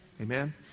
Amen